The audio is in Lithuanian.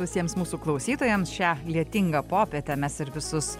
visiems mūsų klausytojams šią lietingą popietę mes ir visus